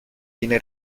viene